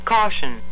Caution